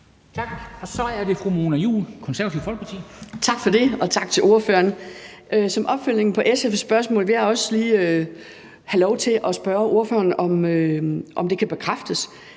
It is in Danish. Tak. Og så er det fru Mona Juul, Det Konservative Folkeparti. Kl. 14:08 Mona Juul (KF): Tak for det, og tak til ordføreren. Som opfølgning på SF's spørgsmål vil jeg også lige have lov til at spørge ordføreren, om det kan bekræftes,